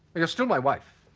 you're still my wife